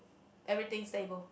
everything stable